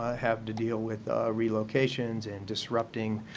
ah have to deal with real locations and disrupting